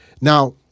Now